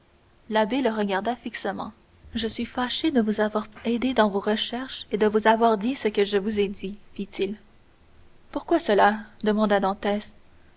l'abbé le regarda fixement je suis fâché de vous avoir aidé dans vos recherches et de vous avoir dit ce que je vous ai dit fit-il pourquoi cela demanda